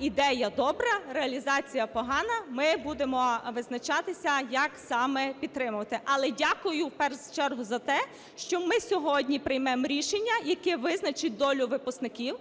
ідея добра, реалізація погана, ми будемо визначатися, як саме підтримувати. Але дякую в першу чергу за те, що ми сьогодні приймемо рішення, яке визначить долю випускників,